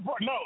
no